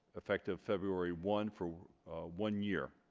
effective february one for one-year